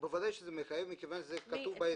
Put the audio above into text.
בוודאי שזה מחייב מכיוון שזה כתוב בהיתר.